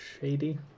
shady